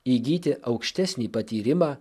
įgyti aukštesnį patyrimą